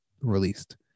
released